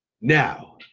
Now